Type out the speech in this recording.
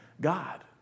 God